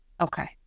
Okay